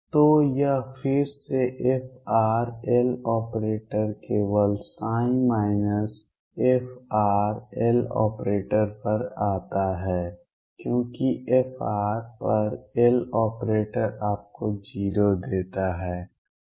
तो यह फिर से frLoperator केवल ψ माइनस frLoperator पर आता है क्योंकि fr पर Loperator आपको 0 देता है और यह 0 है